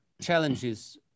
challenges